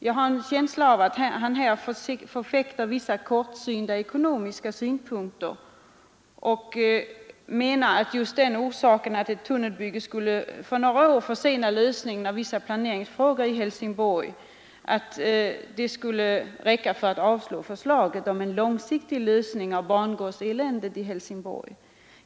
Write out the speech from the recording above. Jag har en känsla av att han här förfäktar vissa kortsynta ekonomiska synpunkter när han menar att ett tunnelbygge skulle med några år försena lösningen av vissa planeringsfrågor i Helsingborg och av denna orsak vill avslå förslaget om en långsiktig lösning av bangårdseländet i Helsingborg.